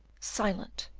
silent,